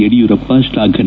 Yediyurappa ಶ್ಲಾಫನೆ